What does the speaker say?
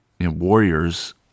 Warriors